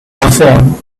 phone